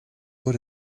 what